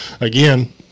again